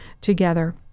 together